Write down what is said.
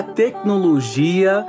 tecnologia